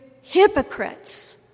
hypocrites